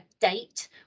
date